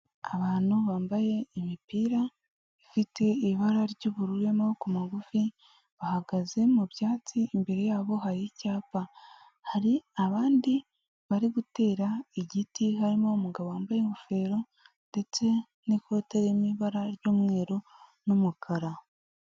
Abantu bambaye imipira ifite ibara ry'ubururu n'amaboko magufi bahagaze mu byatsi, imbere yabo hari icyapa hari abandi bari gutera igiti harimo umugabo wambaye ingofero ndetse n'ikote ryo mw’ibara ry'umweru n’umukara.